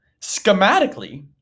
Schematically